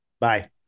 Bye